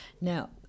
Now